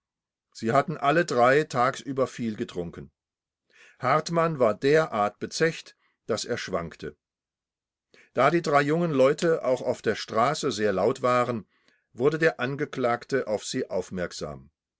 sie hatten alle drei tagsüber viel getrunken hartmann war derartig bezecht daß er schwankte da die drei jungen leute auch auf der straße sehr laut waren wurde der angeklagte auf sie aufmerksam